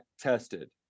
tested